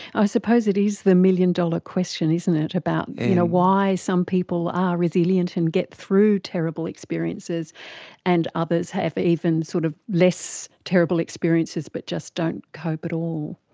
i suppose it is the million-dollar question, isn't it, about you know why some people are resilient and get through terrible experiences and others have even sort of less terrible experiences but just don't cope at all.